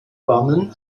bannen